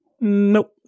Nope